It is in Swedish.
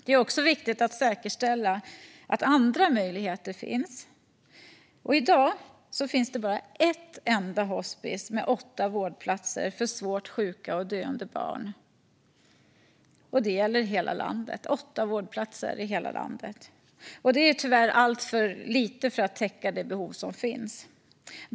Det är också viktigt att säkerställa att andra möjligheter finns. I dag finns bara ett enda hospis med åtta vårdplatser för svårt sjuka och döende barn i hela landet. Det är tyvärr alltför lite för att täcka det behov som finns.